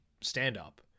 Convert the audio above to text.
stand-up